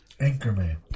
Anchorman